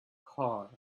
car